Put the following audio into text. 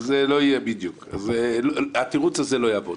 אז התירוץ הזה לא יעבוד.